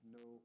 no